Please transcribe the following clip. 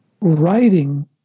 Writing